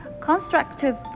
Constructive